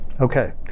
okay